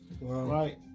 right